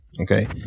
okay